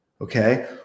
Okay